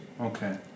Okay